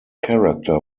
character